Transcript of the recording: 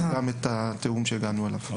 וגם את התיאום שהגענו אליו.